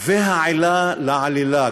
והעילה לעלילה,